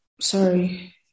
sorry